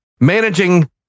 managing